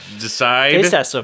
Decide